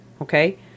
Okay